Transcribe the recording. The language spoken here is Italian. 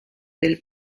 del